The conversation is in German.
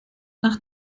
nach